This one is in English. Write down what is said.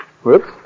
whoops